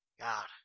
God